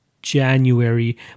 January